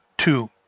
two